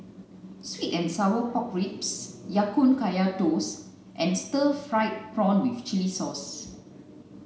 sweet and sour pork ribs ya kun kaya toast and stir fried prawn with chili sauce